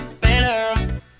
better